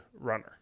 runner